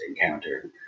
encounter